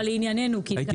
תבואי לוועדות שם אני נמצא.